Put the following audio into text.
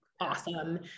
awesome